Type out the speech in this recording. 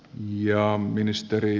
arvoisa puhemies